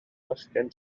fachgen